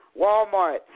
Walmart